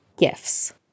Gifts